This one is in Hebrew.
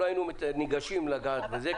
לא היינו ניגשים לגעת בזה,